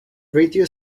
radio